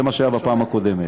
זה מה שהיה בפעם הקודמת.